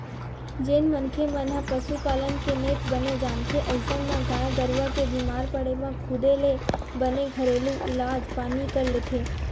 जेन मनखे मन ह पसुपालन के नेत बने जानथे अइसन म गाय गरुवा के बीमार पड़े म खुदे ले बने घरेलू इलाज पानी कर लेथे